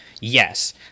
Yes